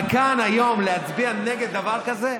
יש תקציב, אבל כאן, היום, להצביע נגד דבר כזה,